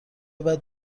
بعد